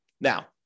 Now